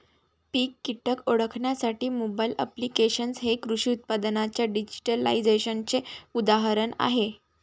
पीक कीटक ओळखण्यासाठी mobile applications हे कृषी उत्पादनांच्या डिजिटलायझेशनचे उदाहरण आहे